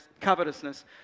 covetousness